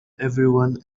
everyone